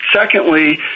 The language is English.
Secondly